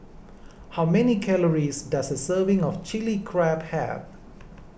how many calories does a serving of Chilli Crab have